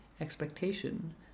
expectation